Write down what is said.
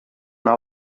una